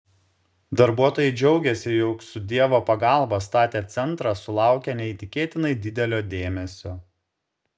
darbuotojai džiaugėsi jog su dievo pagalba statę centrą sulaukia neįtikėtinai didelio dėmesio